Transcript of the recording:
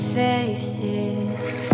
faces